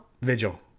Vigil